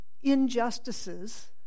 injustices